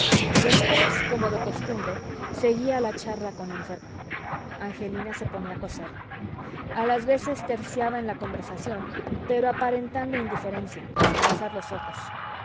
después como de costumbre seguía la charla con la enferma angelina se ponía a coser a las veces terciaba en la conversación pero aparentando indiferencia sin alzar los ojos